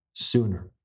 Sooner